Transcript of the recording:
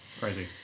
crazy